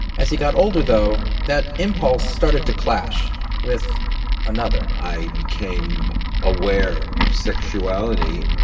as he got older though, that impulse started to clash with another i became aware of sexuality